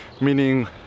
meaning